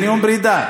זה נאום פרידה.